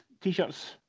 t-shirts